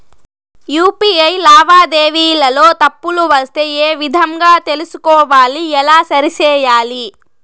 UPI లావాదేవీలలో తప్పులు వస్తే ఏ విధంగా తెలుసుకోవాలి? ఎలా సరిసేయాలి?